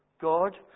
God